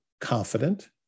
confident